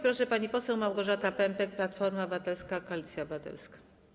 Proszę, pani poseł Małgorzata Pępek, Platforma Obywatelska - Koalicja Obywatelska.